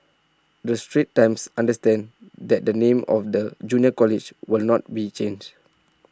the straits times understands that the name of the junior college will not be changed